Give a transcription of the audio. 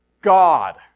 God